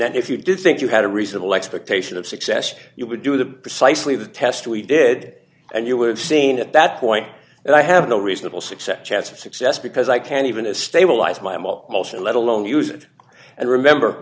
then if you did think you had a reasonable expectation of success you would do the precisely the test we did and you would have seen at that point and i have no reasonable success chance of success because i can't even to stabilize my motion let alone use it and remember